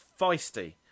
feisty